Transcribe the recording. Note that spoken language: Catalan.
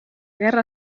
guerra